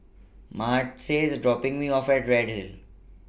Martez IS dropping Me off At Redhill